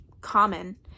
common